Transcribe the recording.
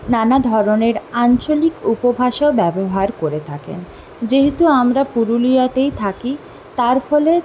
নানা ধরনের আঞ্চলিক উপভাষাও ব্যবহার করে থাকেন যেহেতু আমরা পুরুলিয়াতেই থাকি তার ফলে